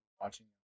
watching